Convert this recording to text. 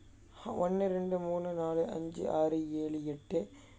ஒன்னு இரண்டு மூணு நாலு அஞ்சு ஆறு ஏழு எட்டு:onnu irandu moonu naalu anchu aaru ezhu ettu